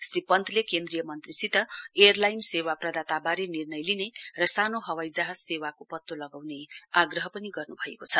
श्री पन्तले केन्द्रीय मन्त्रीसित एयरलाइन सेवा प्रदाताबारे निर्णय लिने र सानो हवाईजहाज सेवाको पत्तो लगाउने आग्रह पनि गर्न्भएको छ